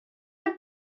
dans